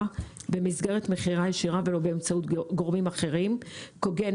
במסגרת מכירה ישירה ולא באמצעות גורמים אחרים כגון